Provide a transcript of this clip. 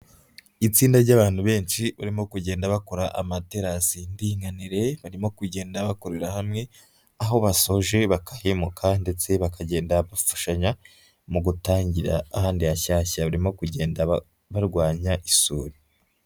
Itsinda ry'abantu benshi barimo kugenda bakora amaterasi y'indinganire barimo kugenda bakorera hamwe, aho basoje bakahimuka ndetse bakagenda bafashanya mu gutangira ahandi hashyashya, barimo kugenda barwanya isuri.